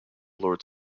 lord